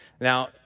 Now